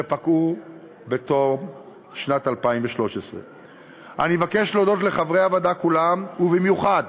שפקעו בתום שנת 2013. אני מבקש להודות לחברי הוועדה כולם ובמיוחד